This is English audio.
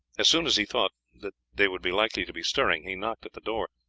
as soon as he thought that they would be likely to be stirring he knocked at the door.